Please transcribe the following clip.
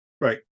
Right